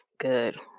good